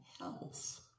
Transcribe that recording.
health